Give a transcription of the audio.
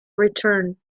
return